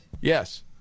Yes